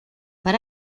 per